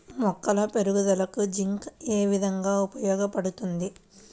మొక్కల పెరుగుదలకు జింక్ ఏ విధముగా ఉపయోగపడుతుంది?